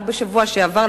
רק בשבוע שעבר,